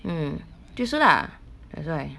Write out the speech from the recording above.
mm 就是 lah that's why